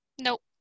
Nope